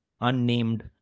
unnamed